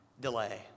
delay